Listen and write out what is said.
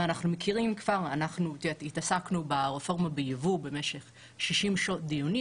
אנחנו התעסקנו ברפורמה בייבוא במשך 60 שעות דיונים